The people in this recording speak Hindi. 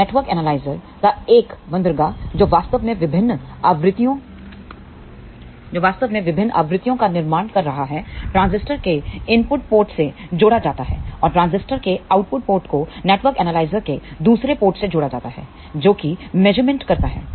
तो नेटवर्क एनालाइजर का एक बंदरगाह जो वास्तव में विभिन्न आवृत्तियों का निर्माण कर रहा है ट्रांजिस्टर के इनपुट पोर्ट से जोड़ा जाता है और ट्रांजिस्टर के आउटपुट पोर्ट को नेटवर्क एनालाइजर के दूसरे पोर्ट से जोड़ा जाता है जोकि मेजरमेंट करता है